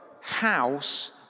house